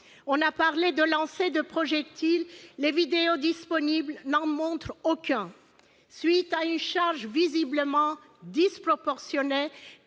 On a parlé de lancers de projectiles ; les vidéos disponibles n'en montrent aucun. À la suite d'une charge visiblement disproportionnée,